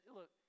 look